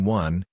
one